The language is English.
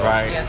Right